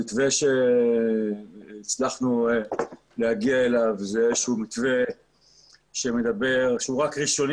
המתווה שהצלחנו להגיע אליו הוא מתווה ראשוני